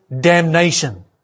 damnation